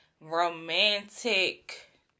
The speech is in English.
romantic